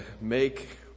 make